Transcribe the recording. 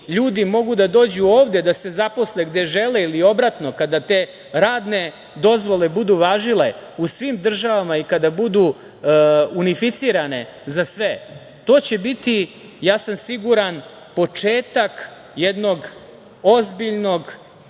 ljudi mogu da dođu ovde da se zaposle gde žele ili obratno, kada te radne dozvole budu važile u svim državama i kada budu unificirane za sve to će biti, ja sam siguran, početak jednog ozbiljnog